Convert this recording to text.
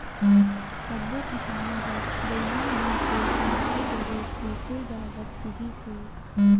सब्बो किसान घर बइला नइ ते भइसा जरूर पोसे जावत रिहिस हे